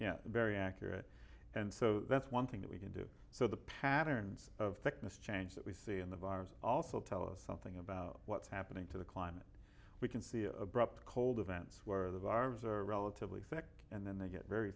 yeah very accurate and so that's one thing that we can do so the patterns of thickness change that we see in the virus also tell us something about what's happening to the climate we can see abrupt cold events where the virus are relatively effective and then they get very